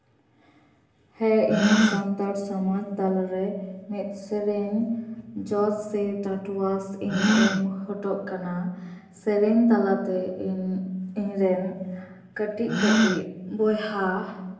ᱦᱮᱸ ᱤᱧ ᱥᱟᱱᱛᱟᱲ ᱥᱚᱢᱟᱡᱽ ᱛᱟᱞᱟ ᱨᱮ ᱥᱮᱨᱮᱧ ᱡᱚᱥ ᱥᱮ ᱴᱟᱴᱚᱣᱟᱥᱤᱧ ᱮᱢ ᱦᱚᱴᱚᱜ ᱠᱟᱱᱟ ᱥᱮᱨᱮᱧ ᱛᱟᱞᱟᱛᱮ ᱤᱧ ᱤᱧᱨᱮᱱ ᱠᱟᱹᱴᱤᱡᱼᱠᱟᱹᱴᱤᱡ ᱵᱚᱭᱦᱟ